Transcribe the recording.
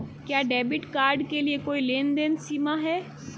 क्या debit card के लिए कोई लेनदेन सीमा है?